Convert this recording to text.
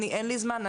אין לי זמן,